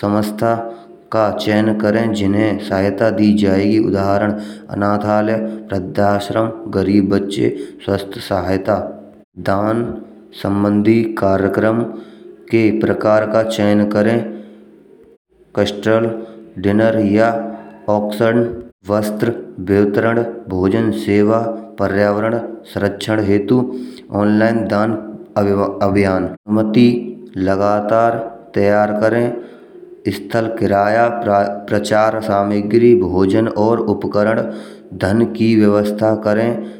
समझता का चयन करें। जिन्हें सहायता दी जाएगी। उदाहरण अनाथालय, वृद्धाश्रम, गरीब बच्चे स्वास्थ्य सहायता दान संबंधी कार्यक्रम के प्रकार का चयन करें। कस्टरल दिनार या ऑक्सन वस्त्र वितरण भोजन सेवा पर्यावरण संरक्षण हेतु ऑनलाइन दान अभियान। माती लगातार तैयार करें। स्थल किराया, प्रचार, सामग्री भोजन, और उपकरण धन की व्यवस्था करें।